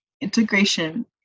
integration